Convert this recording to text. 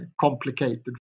complicated